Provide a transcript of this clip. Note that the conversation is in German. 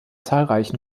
zahlreichen